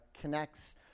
connects